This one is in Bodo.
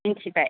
मिन्थिबाय